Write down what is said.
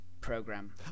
program